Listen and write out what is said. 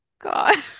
God